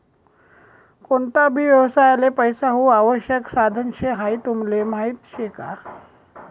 कोणता भी व्यवसायले पैसा हाऊ आवश्यक साधन शे हाई तुमले माहीत शे का?